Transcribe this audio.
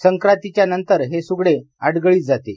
संक्रातीच्या नंतर हे सुगडे अडगळीत जाते